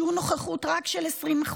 שיעור נוכחות רק של 20%,